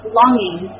longing